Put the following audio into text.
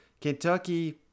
Kentucky